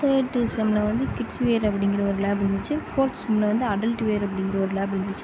third செம்மில் வந்து kids wear அப்படிங்கிற ஒரு லேப் இருந்துச்சு ஃபோர்த் செம்மில் வந்து அடல்ட் வியர் அப்படின்ற ஒரு லேப் இருந்துச்சு